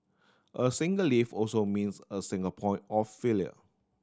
a single lift also means a single point of failure